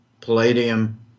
Palladium